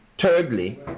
Thirdly